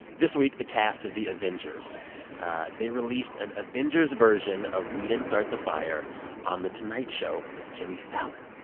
this week, the cast of the avengers they released an avenger's version of we didn't start the fire on the tonight show with jimmy fallon